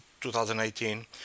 2018